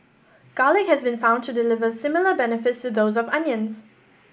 garlic has been found to deliver similar benefits to those of onions